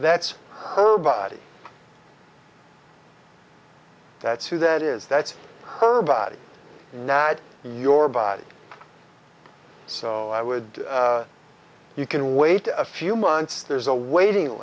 that's her body that's who that is that's her body nad your body so i would you can wait a few months there's a waiting